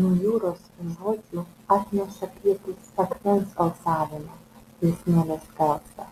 nuo jūros žiočių atneša pietys akmens alsavimą ir smėlio skalsą